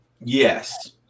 Yes